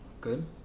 good